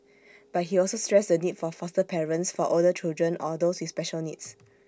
but he also stressed the need for foster parents for older children or those with special needs